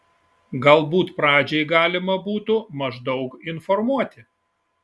galbūt pradžiai galima būtų maždaug informuoti